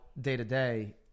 day-to-day